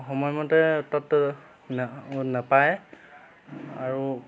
সময়মতে তাত ন নাপায় আৰু